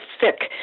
thick